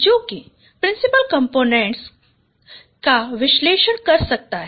जो principal components क्या विश्लेषण कर सकता है